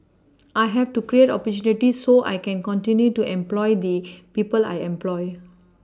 I have to create opportunity so I can continue to employ the people I employ